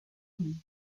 union